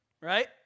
right